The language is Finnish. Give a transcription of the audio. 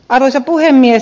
arvoisa puhemies